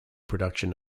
production